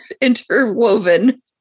interwoven